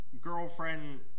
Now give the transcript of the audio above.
Girlfriend